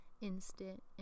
instant